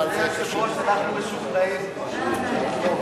אדוני היושב-ראש, אנחנו משוכנעים כבר.